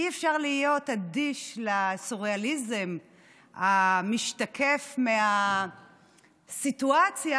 אי-אפשר להיות אדישים לסוריאליזם המשתקף מהסיטואציה,